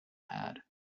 had